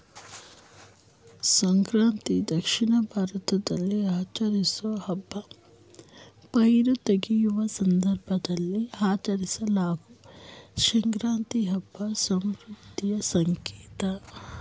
ಸಂಕ್ರಾಂತಿ ದಕ್ಷಿಣ ಭಾರತದಲ್ಲಿ ಆಚರಿಸೋ ಹಬ್ಬ ಪೈರು ತೆಗೆಯುವ ಸಂದರ್ಭದಲ್ಲಿ ಆಚರಿಸಲಾಗೊ ಸಂಕ್ರಾಂತಿ ಹಬ್ಬ ಸಮೃದ್ಧಿಯ ಸಂಕೇತ